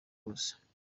wese